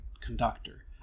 conductor